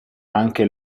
anche